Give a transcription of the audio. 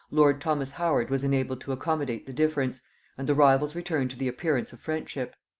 lord thomas howard was enabled to accommodate the difference and the rivals returned to the appearance of friendship.